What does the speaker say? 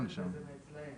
בשנת 2020